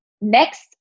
Next